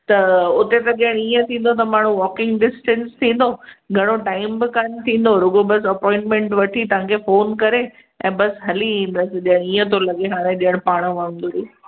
त उते त अॻियां ईअं थींदो त माण्हू वॉकिंग डिस्टेंस थींदो घणो टाइम बि कोन थींदो रुॻो बसि अपॉइंटमेंट वठी तव्हां खे फ़ोन करे ऐं बसि हली ईंदसि ॼण ईअं थो लॻे हाणे ॼण पाण वांगुर ई